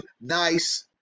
nice